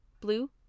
Blue